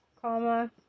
comma